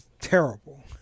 terrible